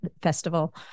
Festival